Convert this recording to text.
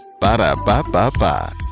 Ba-da-ba-ba-ba